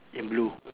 in blue